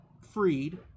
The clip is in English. freed